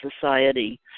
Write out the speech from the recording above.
society